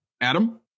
Adam